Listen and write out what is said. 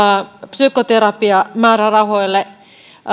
psykoterapiamäärärahoille